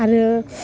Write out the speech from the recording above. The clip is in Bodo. आरो